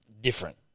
Different